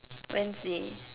Wednesday